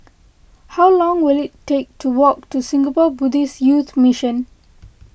how long will it take to walk to Singapore Buddhist Youth Mission